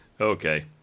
Okay